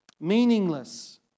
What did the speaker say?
meaningless